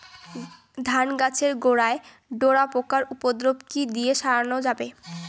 ধান গাছের গোড়ায় ডোরা পোকার উপদ্রব কি দিয়ে সারানো যাবে?